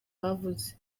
bavuze